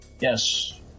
Yes